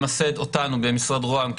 למסד אותנו במשרד ראש הממשלה,